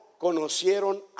conocieron